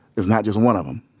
it's not just one of em.